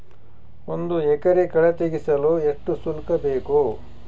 ಒಂದು ಎಕರೆ ಕಳೆ ತೆಗೆಸಲು ಎಷ್ಟು ಶುಲ್ಕ ಬೇಕು?